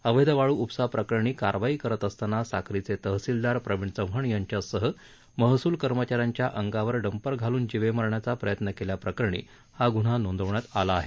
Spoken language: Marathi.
अवैध वाळू उपसा प्रकरणी कारवाई करत असताना साक्रीचे तहसीलदार प्रवीण चव्हाण यांच्यासह महसल कर्मचाऱ्यांच्या अंगावर डंपर घालून जीवे मारण्याचा प्रयत्न केल्या प्रकरणी हा ग्न्हा नोंदवण्यात आला आहे